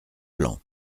plan